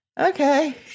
okay